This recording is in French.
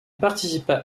participa